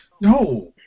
no